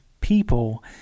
people